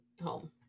home